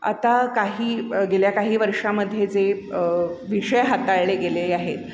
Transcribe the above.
आता काही गेल्या काही वर्षामध्ये जे विषय हाताळले गेले आहेत